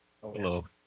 hello